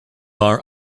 are